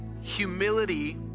Humility